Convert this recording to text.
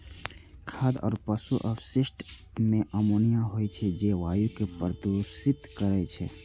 खाद आ पशु अवशिष्ट मे अमोनिया होइ छै, जे वायु कें प्रदूषित करै छै